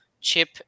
Chip